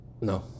No